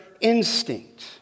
instinct